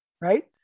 Right